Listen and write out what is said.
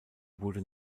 wurde